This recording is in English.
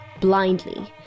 blindly